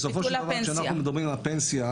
בסופו של דבר כשאנחנו מדברים על הפנסיה,